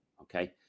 okay